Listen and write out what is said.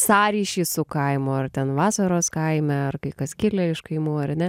sąryšį su kaimu ar ten vasaros kaime ar kai kas kilę iš kaimų ar ne